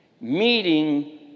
meeting